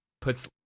puts